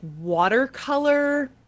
watercolor